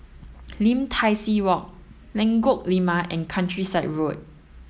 Lim Tai See Walk Lengkok Lima and Countryside Road